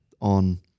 on